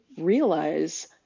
realize